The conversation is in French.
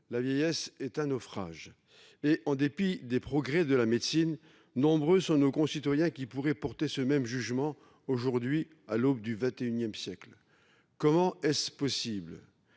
La vieillesse est un naufrage. » En dépit des progrès de la médecine, nombreux sont nos concitoyens qui pourraient porter ce même jugement aujourd’hui, à l’aube du XXI siècle. Comment est ce possible ?